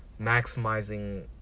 maximizing